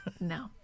No